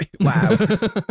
wow